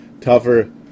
tougher